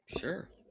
Sure